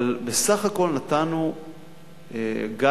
אבל בסך הכול נתנו guidelines,